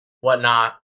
whatnot